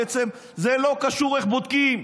בעצם זה לא קשור איך בודקים,